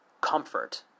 comfort